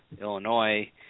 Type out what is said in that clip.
Illinois